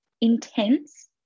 intense